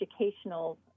educational